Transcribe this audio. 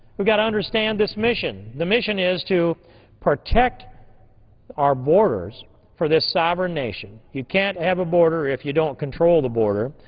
we've got to understand this mission. the mission is to protect our borders for the sovereign nation, you can't have a border if you don't control the border,